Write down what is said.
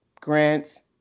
grants